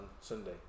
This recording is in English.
Sunday